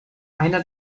einer